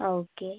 ആ ഓക്കെ